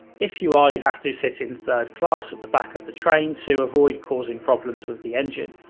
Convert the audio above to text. if you are, you have to sit in third class at the back of the train to avoid causing problems with the engine.